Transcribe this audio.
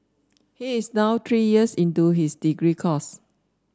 he is now three years into his degree course